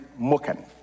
Moken